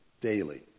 daily